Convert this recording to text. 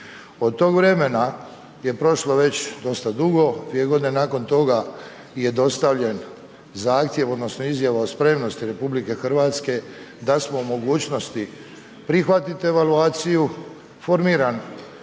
Od tog vremena je prošlo već dosta dugo, 2 godine nakon tog je dostavljen zahtjev odnosno izjava o spremnosti RH da smo u mogućnosti prihvatiti evaluaciju, formiran